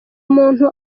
umuntu